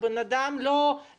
יכול להיות שלאדם אין,